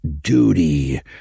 duty